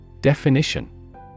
Definition